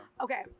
Okay